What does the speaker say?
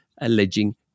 alleging